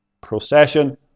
procession